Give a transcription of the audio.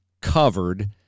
covered